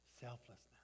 Selflessness